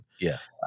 Yes